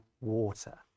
water